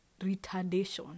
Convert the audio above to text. retardation